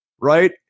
Right